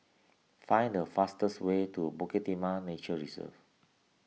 find the fastest way to Bukit Timah Nature Reserve